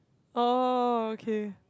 oh okay